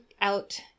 out